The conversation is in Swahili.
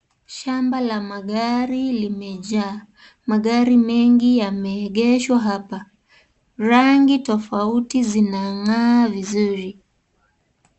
Shamba la magari limejaa, magari mengi yameegeshwa hapa, rangi tofauti zinag'aa vizuri.